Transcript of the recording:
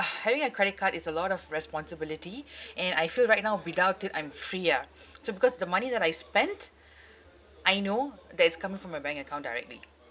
having a credit card is a lot of responsibility and I feel right now without it I'm free ah so because the money that I spent I know that is coming from my bank account directly